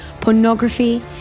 pornography